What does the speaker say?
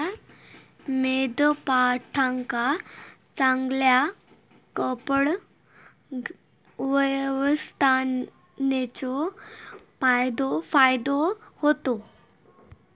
मेंढपाळांका चांगल्या कळप व्यवस्थापनेचो फायदो होता